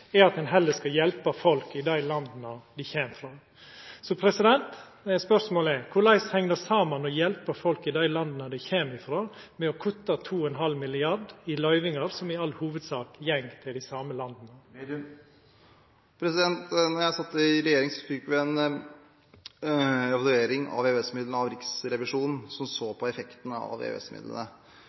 er at ein heller skal hjelpa folk i dei landa dei kjem frå. Spørsmålet er: Korleis heng det å hjelpa folk i dei landa dei kjem frå, saman med å kutta 2,5 mrd. kr i løyvingar som i all hovudsak går til dei same landa? Da jeg satt i regjering, fikk vi en evaluering av EØS-midlene av Riksrevisjonen, som så på effekten av